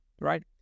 right